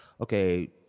okay